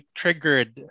triggered